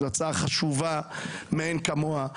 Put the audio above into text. זו הצעה חשובה מאין כמוה.